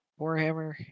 Warhammer